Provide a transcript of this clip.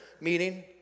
meeting